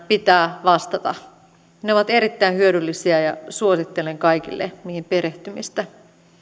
pitää vastata ne ovat erittäin hyödyllisiä ja suosittelen kaikille niihin perehtymistä